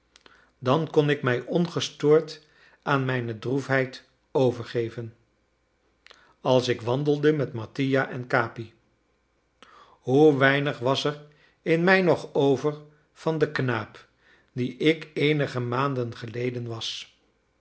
dan kon ik mij ongestoord aan mijne droefheid overgeven als ik wandelde met mattia en capi hoe weinig was er in mij nog over van den knaap die ik eenige maanden geleden was